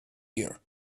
year